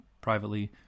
privately